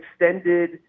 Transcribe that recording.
extended